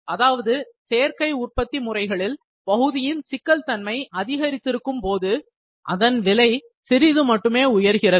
அதாவது சேர்க்கை உற்பத்தி முறைகளில் பகுதியின் சிக்கல் தன்மை அதிகரிக்கும் போது அதன் விலை சிறிது மட்டுமே உயர்கிறது